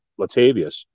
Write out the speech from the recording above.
Latavius